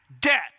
debt